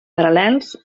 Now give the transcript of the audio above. paral·lels